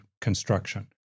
construction